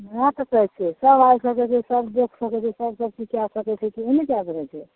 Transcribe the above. भऽ सकैत छै सब आबि सकैत छै सब देखि सकैत छै सब किछु कै सकैत छै तभी ने यज्ञ होइत छै